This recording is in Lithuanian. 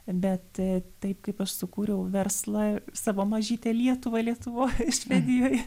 bet taip kaip aš sukūriau verslą savo mažytę lietuvą lietuvoj švedijoj